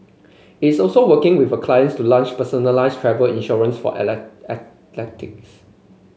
is also working with a clients to launch personalised travel insurance for